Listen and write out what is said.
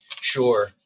Sure